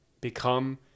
Become